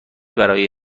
برای